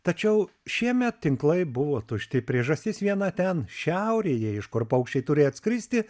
tačiau šiemet tinklai buvo tušti priežastis viena ten šiaurėje iš kur paukščiai turi atskristi